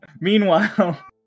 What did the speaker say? Meanwhile